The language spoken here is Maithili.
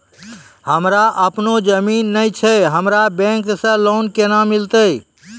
हमरा आपनौ जमीन नैय छै हमरा बैंक से लोन केना मिलतै?